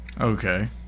Okay